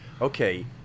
okay